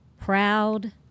proud